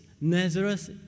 Nazareth